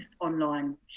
online